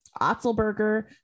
Otzelberger